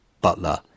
Butler